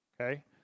Okay